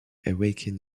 awaken